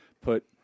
put